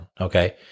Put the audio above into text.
Okay